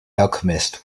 alchemist